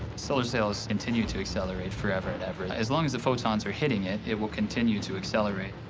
solar sails continue to accelerate forever and ever. as long as the photons are hitting it, it will continue to accelerate.